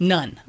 None